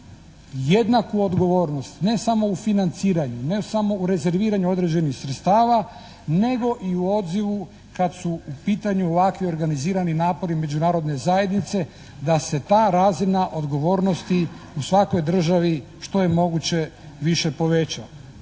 jednaku odgovornost. Ne samo u financiranju, ne samo u rezerviranju određenih sredstava nego i u odzivu kad su u pitanju ovakvi organizirani napori Međunarodne zajednice da se ta razina odgovornosti u svakoj državi što je moguće više poveća.